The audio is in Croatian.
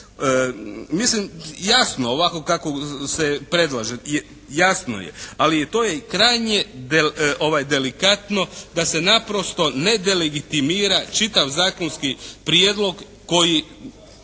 Mislim jasno ovako kako se predlaže, jasno je. Ali to je i krajnje delikatno da se naprosto ne delegitimira čitav zakonski prijedlog koji